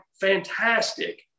fantastic